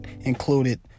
included